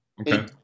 Okay